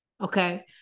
Okay